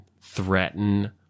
threaten